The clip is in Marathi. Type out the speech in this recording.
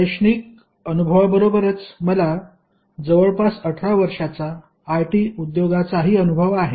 शैक्षणिक अनुभवाबरोबरच मला जवळपास 18 वर्षांचा आयटी उद्योगाचाही अनुभव आहे